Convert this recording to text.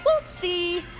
Whoopsie